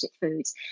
foods